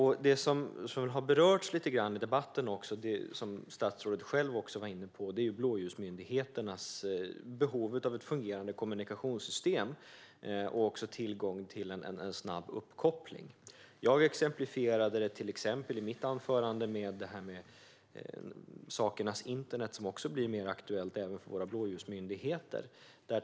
Något som har berörts lite grann i debatten och som statsrådet själv var inne på är blåljusmyndigheternas behov av ett fungerande kommunikationssystem och tillgång till en snabb uppkoppling. Jag exemplifierade det i mitt anförande med detta med sakernas internet, som också blir mer aktuellt även för våra blåljusmyndigheter.